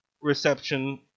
reception